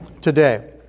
today